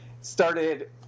started